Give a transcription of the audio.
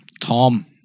Tom